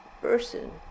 person